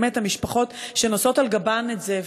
באמת המשפחות שנושאות על גבן את זה.